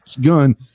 gun